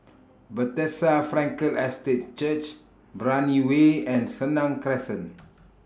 Bethesda Frankel Estate Church Brani Way and Senang Crescent